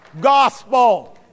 gospel